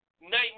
Nightmare